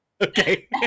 okay